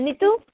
आनी तूं